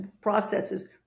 processes